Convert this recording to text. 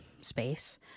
space